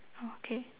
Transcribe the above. okay